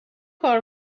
کار